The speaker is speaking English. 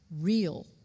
real